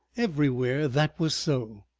everywhere that was so.